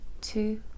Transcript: two